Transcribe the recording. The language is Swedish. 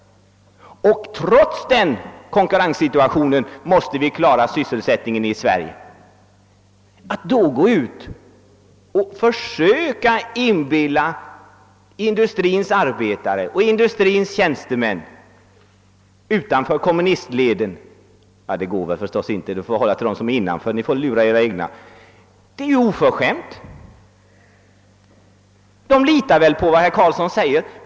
Och trots den konkurrenssituationen måste vi klara sysselsättningen i Sverige. Att då försöka inbilla industrins arbetare och industrins tjänstemän utanför kommunistleden sådana saker som herr Karlsson i Huddinge här talar om går helt enkelt inte, utan ni får hålla er till de egna leden och lura dem. De litar väl på vad herr Karlsson säger.